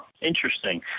interesting